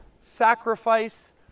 Sacrifice